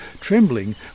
trembling